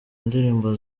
ndirimbo